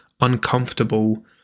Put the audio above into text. uncomfortable